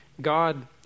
God